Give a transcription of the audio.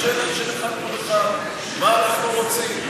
מה אנחנו רוצים?